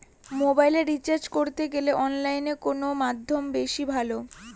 মোবাইলের রিচার্জ করতে গেলে অনলাইনে কোন মাধ্যম বেশি ভালো?